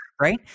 right